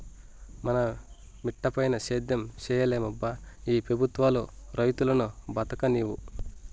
మన మిటపైన సేద్యం సేయలేమబ్బా ఈ పెబుత్వాలు రైతును బతుకనీవు